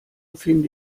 finde